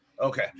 Okay